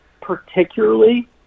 particularly